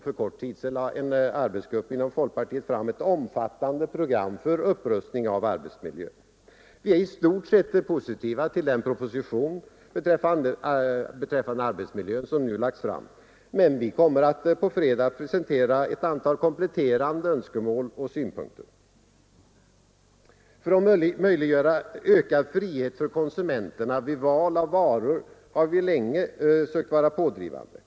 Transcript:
För kort tid sedan lade en arbetsgrupp inom folkpartiet fram ett omfattande program för upprustning av arbetsmiljön. Vi är i stort sett positiva till den proposition beträffande arbetsmiljön som nu lagts fram, men vi kommer på fredag att presentera ett antal kompletterande önskemål och synpunkter. För att möjliggöra ökad frihet för konsumenterna vid val av varor har vi länge varit pådrivande.